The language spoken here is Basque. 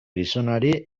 gizonari